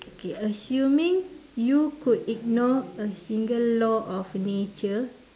okay assuming you could ignore a single law of nature